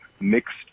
mixed